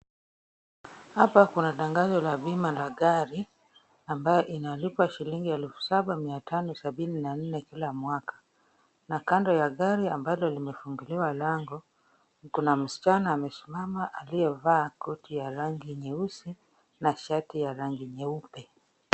Hapa kuna tangazo la bima la gari ambalo linalipa shilingi elfu saba mia tano sabini na nne kila mwaka na kando ya gari ambalo limefunguliwa lango, kuna msichana amesimama aliyevaa koti ya rangi nyeusi na shati ya rangi nyeupe.